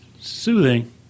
soothing